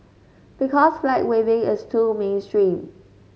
because flag waving is too mainstream